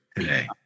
today